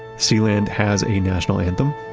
sealand has a national anthem,